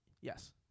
Yes